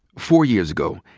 four years ago,